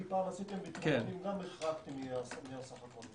כי פעם עשיתם ביטחון פנים וגם החרגתם מהסך הכול.